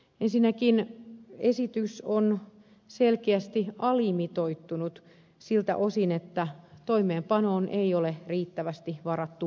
ensinnäkin esitys on selkeästi alimitoittunut siltä osin että toimeenpanoon ei ole riittävästi varattu määrärahoja